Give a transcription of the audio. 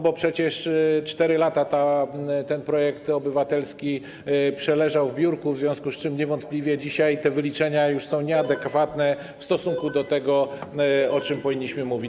Bo przecież 4 lata ten projekt obywatelski przeleżał w biurku, w związku z czym niewątpliwie dzisiaj te wyliczenia już są nieadekwatne w stosunku do tego, o czym powinniśmy mówić.